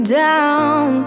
down